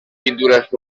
pintures